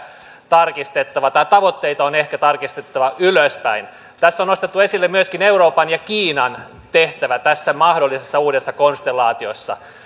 tarkistettava tai tavoitteita on ehkä tarkistettava ylöspäin tässä on nostettu esille myöskin euroopan ja kiinan tehtävä tässä mahdollisessa uudessa konstellaatiossa